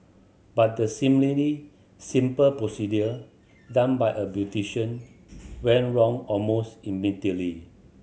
but the seemingly simple procedure done by a beautician went wrong almost immediately